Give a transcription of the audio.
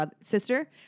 sister